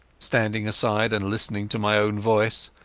standing aside and listening to my own voice,